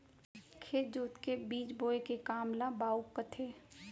खेत जोत के बीज बोए के काम ल बाउक कथें